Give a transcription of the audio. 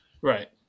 Right